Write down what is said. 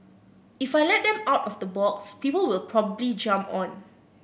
if I let them out of the box people will probably jump on